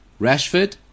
Rashford